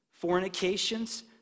fornications